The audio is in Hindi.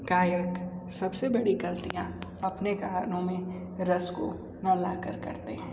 गायक सबसे बड़ी गलतियाँ अपने गानों में रस को ना लाकर करते हैं